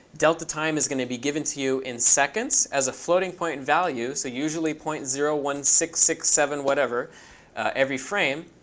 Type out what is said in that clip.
delta time is going to be given to you in seconds as a floating point value, so usually point zero point one six six seven whatever every frame.